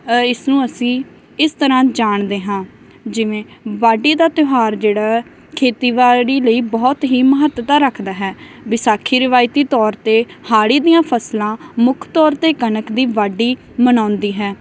ਇਸ ਨੂੰ ਅਸੀਂ ਇਸ ਤਰ੍ਹਾਂ ਜਾਣਦੇ ਹਾਂ ਜਿਵੇਂ ਵਾਢੀ ਦਾ ਤਿਉਹਾਰ ਜਿਹੜਾ ਖੇਤੀਬਾੜੀ ਲਈ ਬਹੁਤ ਹੀ ਮਹੱਤਤਾ ਰੱਖਦਾ ਹੈ ਵਿਸਾਖੀ ਰਿਵਾਇਤੀ ਤੌਰ 'ਤੇ ਹਾੜੀ ਦੀਆਂ ਫਸਲਾਂ ਮੁੱਖ ਤੌਰ 'ਤੇ ਕਣਕ ਦੀ ਵਾਢੀ ਮਨਾਉਂਦੀ ਹੈ